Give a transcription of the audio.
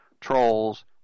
trolls